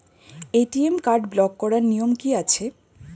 ATM card block করার নিয়ম কি আছে?